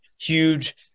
huge